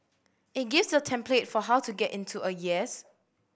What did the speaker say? it gives a template for how to get into a yes